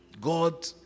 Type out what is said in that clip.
God